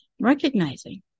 recognizing